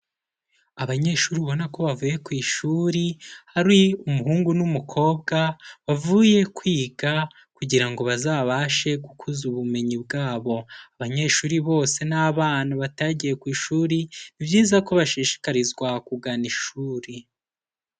Abanyeshuri ubona ko bavuye ku ishuri hari umuhungu n'umukobwa bavuye kwiga kugira ngo bazabashe gukuza ubumenyi bwabo, abanyeshuri bose n'abana batagiye ku ishuri ni byiza ko bashishikarizwa kugana ishuri.